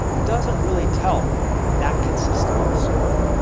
it doesn't really tell that consistent of a story,